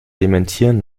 dementieren